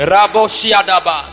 Raboshiadaba